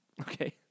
Okay